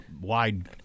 wide